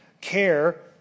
care